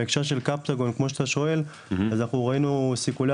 בהקשר של קפטגון כמו שאתה שואל אז אנחנו ראינו סיכולי